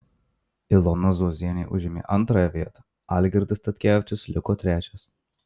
ilona zuozienė užėmė antrąją vietą algirdas statkevičius liko trečias